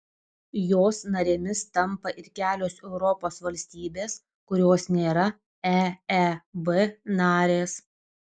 jos narėmis tampa ir kelios europos valstybės kurios nėra eeb narės